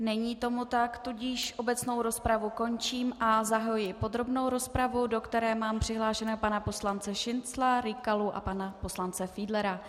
Není tomu tak, tudíž obecnou rozpravu končím a zahajuji podrobnou rozpravu, do které mám přihlášeného pana poslance Šincla, Rykalu a pana poslance Fiedlera.